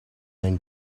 then